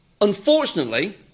Unfortunately